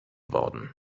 worden